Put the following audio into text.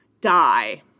Die